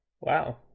Wow